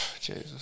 Jesus